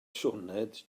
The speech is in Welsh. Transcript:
sioned